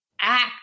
act